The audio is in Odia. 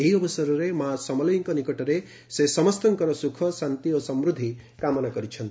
ଏହି ଅବସରରେ ମା' ସମଲେଇଙ୍କ ନିକଟରେ ସେ ସମସ୍ତଙ୍କର ସୁଖ ଶାନ୍ତି ଓ ସମୃଦ୍ଧି କାମନା କରିଛନ୍ତି